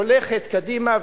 הולכת קדימה,